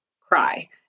cry